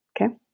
okay